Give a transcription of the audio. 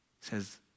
says